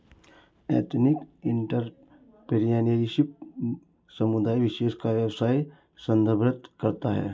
ethnic entrepreneurship समुदाय विशेष का व्यवसाय संदर्भित करता है